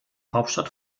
hauptstadt